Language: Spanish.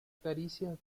caricias